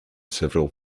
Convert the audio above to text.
several